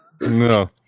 No